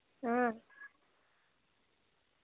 अं